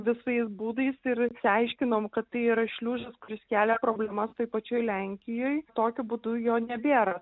visais būdais ir išsiaiškinom kad tai yra šliužas kuris kelia problemas toj pačioj lenkijoj tokiu būdu jo nebėra